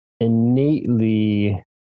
innately